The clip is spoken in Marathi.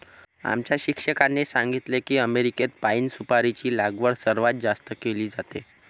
आमच्या शिक्षकांनी सांगितले की अमेरिकेत पाइन सुपारीची लागवड सर्वात जास्त केली जाते